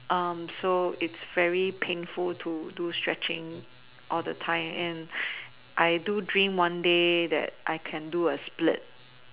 so it is very painful to do stretching all the time and I do dream one day that I can do a split